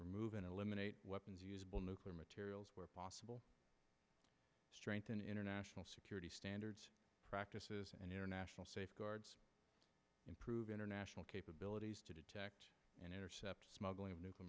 remove and eliminate weapons usable nuclear materials where possible strengthen international security standards practices and international safeguards improve international capabilities to detect and intercept smuggling of nuclear